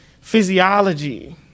physiology